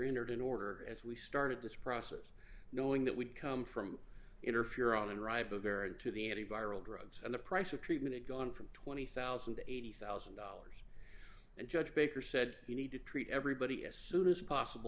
entered in order as we started this process knowing that would come from interferon unripe a very to the any viral drugs and the price of treatment had gone from twenty thousand to eighty thousand dollars and judge baker said we need to treat everybody as soon as possible